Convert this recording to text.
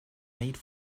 made